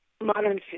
modern